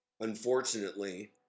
Unfortunately